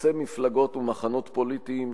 חוצה מפלגות ומחנות פוליטיים,